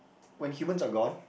when humans are gone